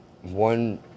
one